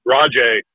Rajay